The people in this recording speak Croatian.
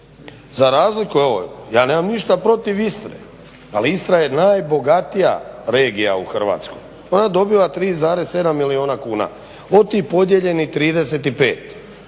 Za razliku od, ja nemam ništa protiv Istre, ali Istra je najbogatija regija u Hrvatskoj, ona dobiva 3,7 milijuna kuna od tih podijeljenih 35.